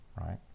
right